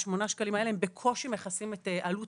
שמונת השקלים האלה בקושי מכסים את עלות